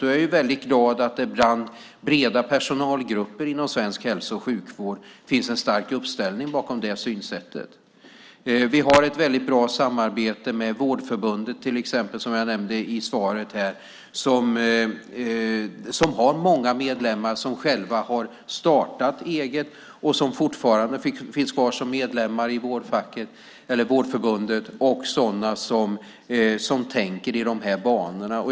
Jag är väldigt glad att det bland breda personalgrupper inom svensk hälso och sjukvård finns en stark uppställning bakom det synsättet. Vi har ett väldigt bra samarbete med Vårdförbundet till exempel, som jag nämnde i svaret. De har många medlemmar som själva har startat eget, som fortfarande finns kvar som medlemmar i Vårdförbundet och som tänker i de här banorna.